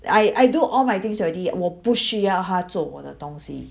I I do all my things already 我不需要她做我的东西